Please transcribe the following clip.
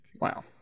Wow